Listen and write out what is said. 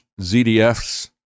ZDF's